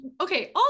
okay